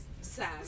sad